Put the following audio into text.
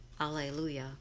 Alleluia